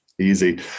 Easy